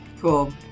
Cool